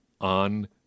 on